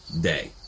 day